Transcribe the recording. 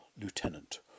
Lieutenant